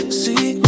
see